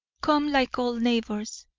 come like old neighbours,